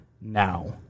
now